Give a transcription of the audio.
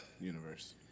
universe